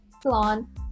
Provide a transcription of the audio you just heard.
Salon